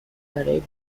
برای